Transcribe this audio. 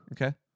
okay